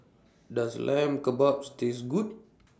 Does Lamb Kebabs Taste Good